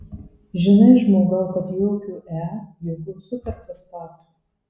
žinai žmogau kad jokių e jokių superfosfatų